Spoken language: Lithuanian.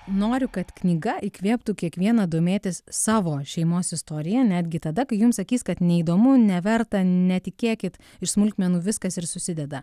noriu kad knyga įkvėptų kiekvieną domėtis savo šeimos istorija netgi tada kai jums sakys kad neįdomu neverta netikėkit iš smulkmenų viskas ir susideda